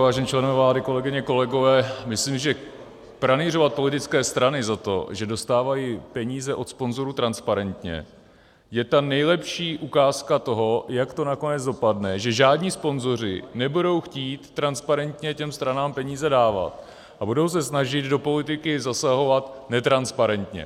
Vážení členové vlády, kolegyně, kolegové, myslím, že pranýřovat politické strany za to, že dostávají peníze od sponzorů transparentně, je ta nejlepší ukázka toho, jak to nakonec dopadne, že žádní sponzoři nebudou chtít transparentně těm stranám peníze dávat a budou se snažit do politiky zasahovat netransparentně.